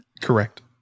Correct